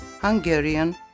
Hungarian